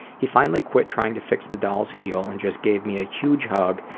he finally quit trying to fix the doll's heel and just gave me a huge hug,